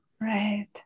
right